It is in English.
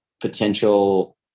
potential